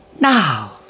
Now